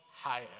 higher